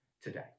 today